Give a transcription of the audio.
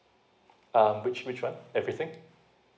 um which which one everything